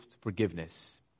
forgiveness